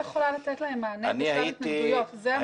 סעיף קטן (ה) ב-4?